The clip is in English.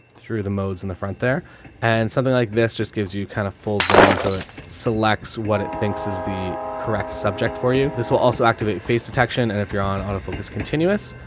through the modes in the front there and something like this just gives you kind of full zone so it selects what it thinks is the correct subject for you. this will also activate face detection and if you're on auto focus, continuous,